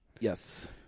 Yes